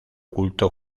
culto